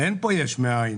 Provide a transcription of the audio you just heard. אין פה יש מאין,